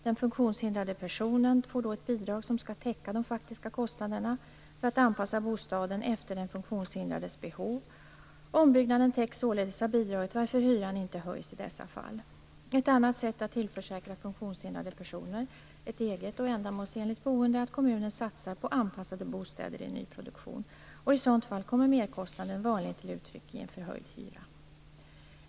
Den funktionshindrade personen får då ett bidrag som skall täcka de faktiska kostnaderna för att anpassa bostaden efter den funktionshindrades behov. Ombyggnaden täcks således av bidraget varför hyran inte höjs i dessa fall. Ett annat sätt att tillförsäkra funktionshindrade personer ett eget och ändamålsenligt boende är att kommunen satsar på anpassade bostäder i nyproduktion. I sådant fall kommer merkostnaden vanligen till uttryck i en förhöjd hyra.